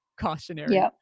cautionary